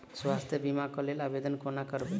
स्वास्थ्य बीमा कऽ लेल आवेदन कोना करबै?